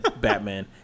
Batman